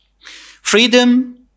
Freedom